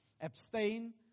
Abstain